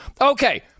Okay